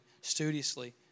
studiously